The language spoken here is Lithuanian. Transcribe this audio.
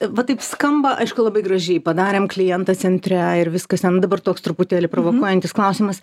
va taip skamba aišku labai gražiai padarėm klientą centre ir viskas ten dabar toks truputėlį provokuojantis klausimas